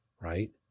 right